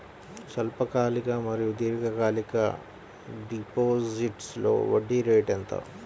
స్వల్పకాలిక మరియు దీర్ఘకాలిక డిపోజిట్స్లో వడ్డీ రేటు ఎంత?